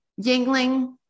yingling